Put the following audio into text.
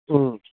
ꯎꯝ